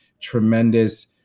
tremendous